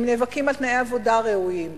הם נאבקים על תנאי עבודה ראויים,